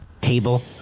table